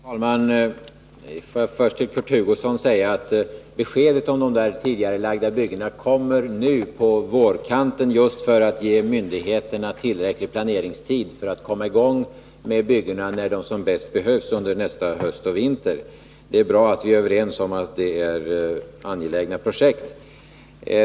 Herr talman! Får jag först till Kurt Hugosson säga att beskedet om de tidigarelagda byggena kommer nu på vårkanten, för att vi vill ge myndigheterna tillräcklig planeringstid, så att byggena kan komma i gång när de som bäst behövs under nästa höst och vinter. Det är bra att vi är överens om att detta är angelägna projekt.